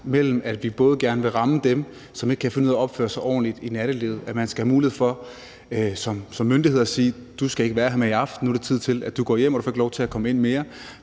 hvor vi gerne vil ramme dem, der ikke kan finde ud af at opføre sig ordentligt i nattelivet, og hvor man som myndighed skal have mulighed for at sige: Du skal ikke være her mere i aften – nu er det tid til, at du går hjem, og du får ikke lov til at komme ind mere.